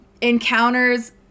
encounters